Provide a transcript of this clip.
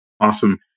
Awesome